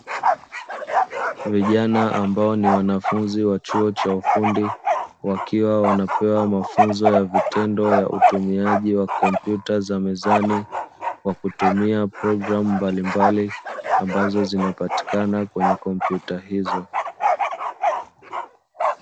Vijana ambao ni wanafunzi wa chuo cha ufundi, wakiwa wanapewa mafunzo ya vitendo ya utumiaji wa kompyuta za mezani kwa kutumia programu mbalimbali ambazo zinapatikana kwenye kompyuta hizo.